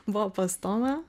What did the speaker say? buvo pas tomą